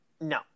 No